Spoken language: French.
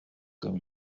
comme